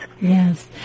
Yes